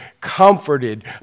comforted